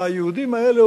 היהודים האלה,